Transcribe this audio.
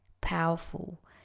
powerful